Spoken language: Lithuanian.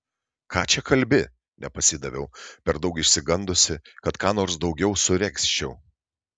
ką čia kalbi nepasidaviau per daug išsigandusi kad ką nors daugiau suregzčiau